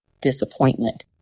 disappointment